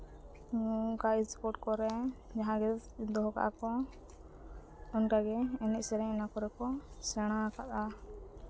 ᱱᱚᱝᱠᱟ ᱥᱯᱳᱨᱴᱥ ᱠᱚᱨᱮ ᱡᱟᱦᱟᱸ ᱜᱮ ᱫᱚᱦᱚ ᱠᱟᱜᱼᱟ ᱠᱚ ᱚᱱᱠᱟᱜᱮ ᱮᱱᱮᱡ ᱥᱮᱨᱮᱧ ᱚᱱᱟᱠᱚᱨᱮ ᱠᱚ ᱥᱮᱬᱟ ᱠᱟᱜᱼᱟ